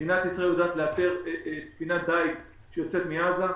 מדינת ישראל יודעת לאתר ספינת דייג שיוצאת מעזה.